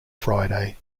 friday